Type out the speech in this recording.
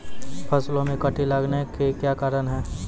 फसलो मे कीट लगने का क्या कारण है?